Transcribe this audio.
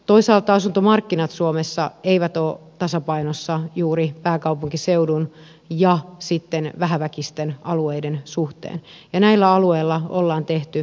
toisaalta asuntomarkkinat suomessa eivät ole tasapainossa juuri pääkaupunkiseudun ja sitten vähäväkisten alueiden suhteen ja näillä alueilla ollaan tehty korjaavia toimia